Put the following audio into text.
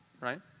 right